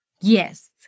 Yes